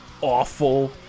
awful